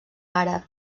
àrab